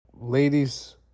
Ladies